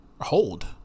hold